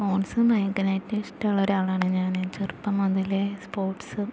sports ഭയങ്കരമായിട്ട് ഇഷ്ടമുള്ളൊരാളാണ് ഞാൻ ചെറുപ്പം മുതലേ സ്പോർട്സ്